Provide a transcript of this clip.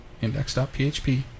Index.php